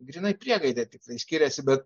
gryna priegaidė tipai skiriasi bet